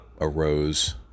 arose